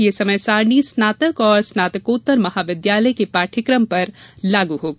यह समय सारणी स्नातक और स्नातकोत्तर महाविद्यालय के पाठ्यक्रम पर लागू होगी